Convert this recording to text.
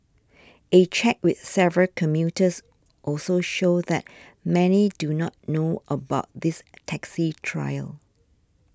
a check with several commuters also showed that many do not know about this taxi trial